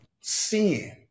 sin